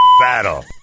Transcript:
battle